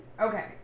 Okay